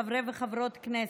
חברי וחברות כנסת,